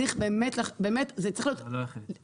צריך לעשות חשיבה,